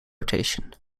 rotation